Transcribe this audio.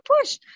push